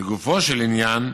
לגופו של עניין,